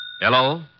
Hello